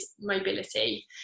mobility